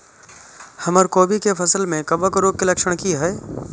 हमर कोबी के फसल में कवक रोग के लक्षण की हय?